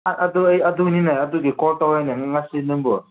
ꯑꯥ ꯑꯗꯨ ꯑꯩ ꯑꯗꯨꯅꯤꯅꯦ ꯑꯗꯨꯒꯤ ꯀꯣꯜ ꯇꯧꯔꯦꯅꯦ ꯉꯁꯤ ꯅꯪꯕꯨ